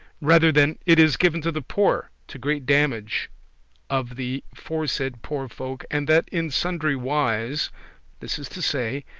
rather than it is given to the poor, to great damage of the foresaid poor folk, and that in sundry wise this is to say,